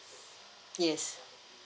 yes